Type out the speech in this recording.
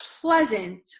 pleasant